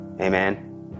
Amen